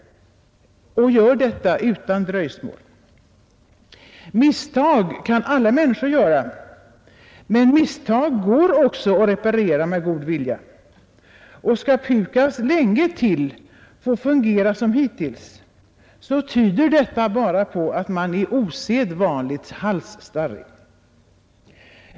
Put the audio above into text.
Och gör det utan dröjsmål. Misstag kan alla människor göra, men misstag går också att reparera med god vilja. Skall PUKAS länge till få fungera som hittills så tyder detta bara på att man är osedvanligt halsstarrig.